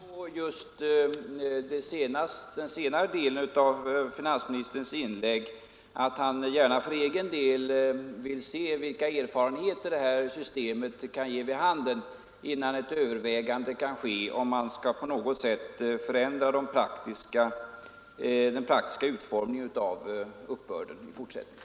Herr talman! Jag tar fasta på den senare delen av finansministerns inlägg — att han gärna för egen del vill se vilka erfarenheter det här systemet kan ge vid handen innan man kan överväga om man på något sätt skall förändra den praktiska utformningen av uppbörden i fortsättningen.